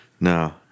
No